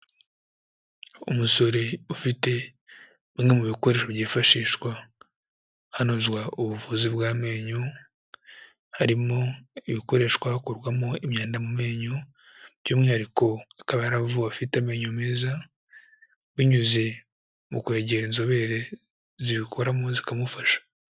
Umusore ufite bimwe mu bikoresho byifashishwa hanozwa ubuvuzi bw'amenyo, harimo ibikoreshwa hakorwamo imyenda mu menyo by'umwihariko akaba yaravuwe afite amenyo meza binyuze mu kwegera inzobere zibikoramo zikamufasha.